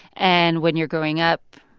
and when you're growing up,